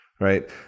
Right